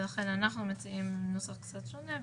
ולכן אנחנו מציעים נוסח קצת שונה.